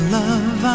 love